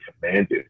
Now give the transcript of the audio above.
commanded